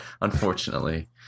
unfortunately